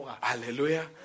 Hallelujah